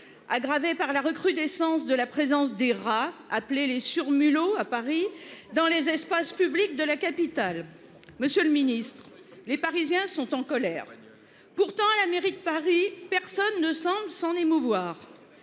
aggravé par la recrudescence de la présence des rats appelé les sur mulot à Paris dans les espaces publics de la capitale. Monsieur le Ministre, les parisiens sont en colère. Pourtant, à la mairie de Paris. Personne ne semble s'en émouvoir.